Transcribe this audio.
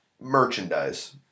merchandise